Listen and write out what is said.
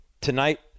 Tonight